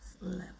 level